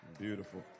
Beautiful